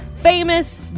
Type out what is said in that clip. famous